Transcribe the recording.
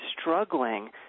struggling